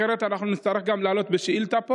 אחרת אנחנו נצטרך לעלות פה גם בשאילתה.